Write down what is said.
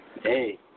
Hey